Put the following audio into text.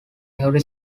every